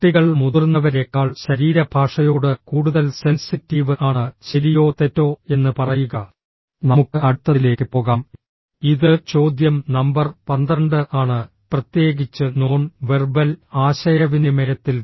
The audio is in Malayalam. കുട്ടികൾ മുതിർന്നവരേക്കാൾ ശരീരഭാഷയോട് കൂടുതൽ സെൻസിറ്റീവ് ആണ് ശരിയോ തെറ്റോ എന്ന് പറയുക നമുക്ക് അടുത്തതിലേക്ക് പോകാം ഇത് ചോദ്യം നമ്പർ 12 ആണ് പ്രത്യേകിച്ച് നോൺ വെർബൽ ആശയവിനിമയത്തിൽ